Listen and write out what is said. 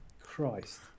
Christ